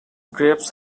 grapes